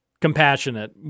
compassionate